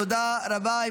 תודה רבה.